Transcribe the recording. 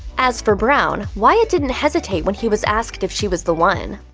as for brown, wyatt didn't hesitate when he was asked if she was the one.